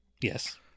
Yes